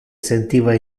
sentiva